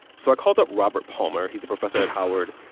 so i called up robert palmer. he's a professor at howard.